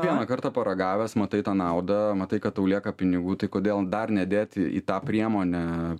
vieną kartą paragavęs matai tą naudą matai kad tau lieka pinigų tai kodėl dar nedėti į tą priemonę